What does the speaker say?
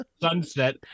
sunset